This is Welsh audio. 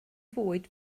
fwyd